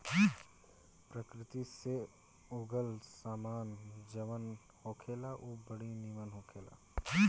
प्रकृति से उगल सामान जवन होखेला उ बड़ी निमन होखेला